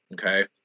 okay